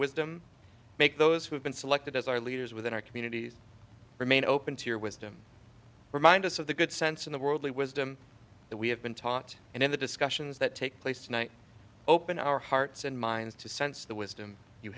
wisdom make those who have been selected as our leaders within our communities remain open to your wisdom remind us of the good sense in the worldly wisdom that we have been taught and in the discussions that take place tonight open our hearts and minds to sense the wisdom you